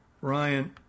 Ryan